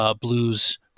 blues